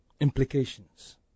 implications